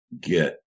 get